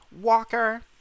Walker